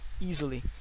easily